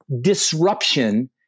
disruption